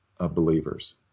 believers